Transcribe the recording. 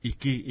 Iki